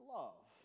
love